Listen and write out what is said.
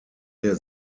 der